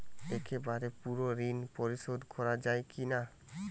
একবারে পুরো ঋণ পরিশোধ করা যায় কি না?